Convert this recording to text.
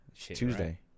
Tuesday